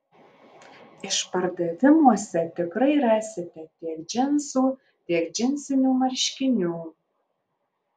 išpardavimuose tikrai rasite tiek džinsų tiek džinsinių marškinių